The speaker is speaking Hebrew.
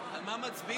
על מה מצביעים?